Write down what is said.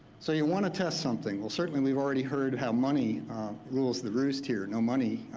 so you want to test something? well certainly we've already heard how money rules the roost here. no money,